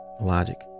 Logic